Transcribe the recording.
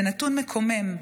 זה נתון מקומם.